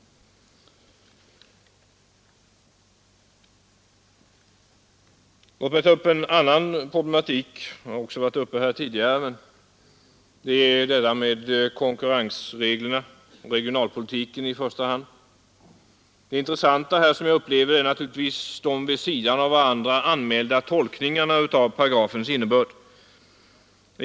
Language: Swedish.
Låt mig också ta upp konkurrensreglerna och regionalpolitiken i första hand. Det intressanta här är, som jag upplever det, naturligtvis de vid sidan av varandra anmälda tolkningarna av paragrafens innebörd.